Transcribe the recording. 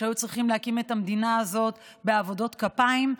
שהיו צריכים להקים את המדינה הזאת בעבודות כפיים.